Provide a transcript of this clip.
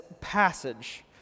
passage